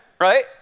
right